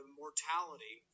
mortality